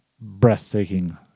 breathtaking